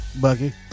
Bucky